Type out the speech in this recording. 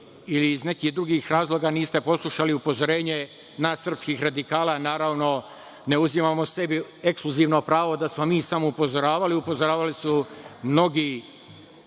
ili iz nekih drugih razloga niste poslušali upozorenje nas srpskih radikala. Naravno, ne uzimamo sebi ekskluzivno pravo da smo mi samo upozoravali. Upozoravali su mnogi